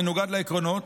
מנוגד לעקרונות